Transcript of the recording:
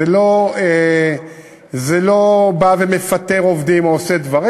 לא באים ומפטרים עובדים או עושים דברים.